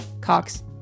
Cox